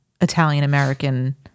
Italian-American